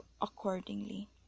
accordingly